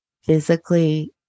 physically